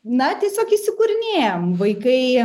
na tiesiog įsikūrinėjam vaikai